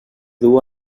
duu